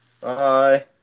Bye